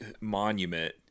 monument